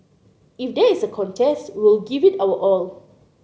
if there is a contest we will give it our all